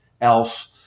Elf